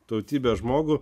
tautybės žmogų